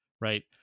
right